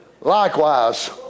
Likewise